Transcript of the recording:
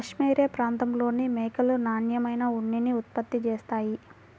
cashmere ప్రాంతంలోని మేకలు నాణ్యమైన ఉన్నిని ఉత్పత్తి చేస్తాయి